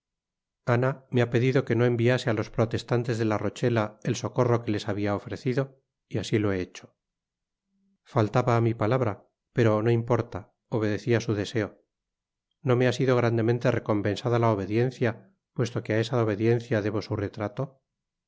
me ha pedido que no enviase á los protestantes de la rochela el socorro que les habia ofrecido y asi to he hecho faltaba á mi palabra pero no importa obedecia su deseo no me ha sido grandemente recompensada ta obediencia puesto que á esa obediencia debo su ratrato